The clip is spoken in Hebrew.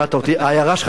ההערה שלך נרשמה.